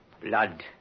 Blood